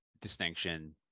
distinction